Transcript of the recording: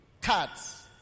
cards